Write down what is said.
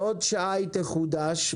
בעוד שעה היא תחודש,